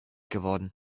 geworden